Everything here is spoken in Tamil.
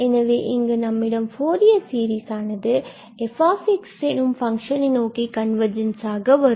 எனவே இங்கு நம்மிடம் ஃபூரியர் சீரிஸ் ஆனது f எனும் ஃபங்க்ஷன் நோக்கி கன்வர்ஜென்ஸாக வரும்